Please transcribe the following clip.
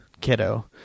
kiddo